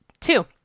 Two